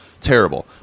Terrible